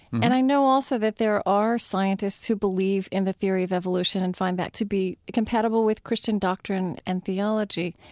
and i know also that there are scientists who believe in the theory of evolution and find that to be compatible with christian doctrine and theology.